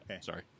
Sorry